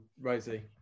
Rosie